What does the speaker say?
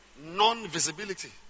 Non-visibility